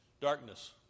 Darkness